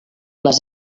les